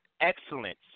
excellence